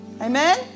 Amen